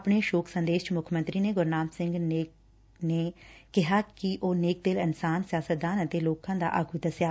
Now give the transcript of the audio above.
ਆਪਣੇ ਸ਼ੱਕ ਸੰਦੇਸ਼ ਚ ਮੁੱਖ ਮੰਤਰੀ ਨੇ ਗੁਰਨਾਮ ਸਿੰਘ ਨੂੰ ਨੇਕ ਦਿਲ ਇਨਸਾਨ ਸਿਆਸਤਦਾਨ ਅਤੇ ਲੋਕਾਂ ਆ ਆਗੁ ਦਸਿਆ